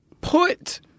put